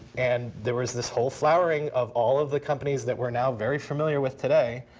and there was this whole flowering of all of the companies that we're now very familiar with today.